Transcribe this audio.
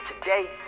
today